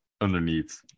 underneath